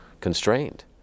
constrained